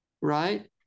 right